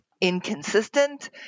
inconsistent